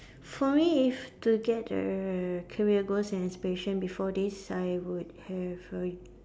for me if to get the career goals and aspiration before this I would have a